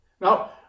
Now